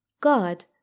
God